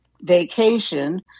vacation